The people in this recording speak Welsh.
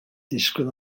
disgwyl